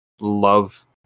love